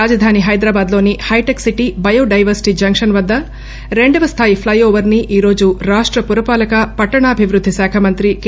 రాజధాని హైదరాబాద్ లోని Hitech City biodiversity junction వద్ద రెండవ స్థాయి ప్లె ఓవర్ ని ఈరోజు రాష్ట పురపాలక పట్టణాభివృద్ధి శాఖ మంత్రి కె